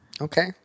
Okay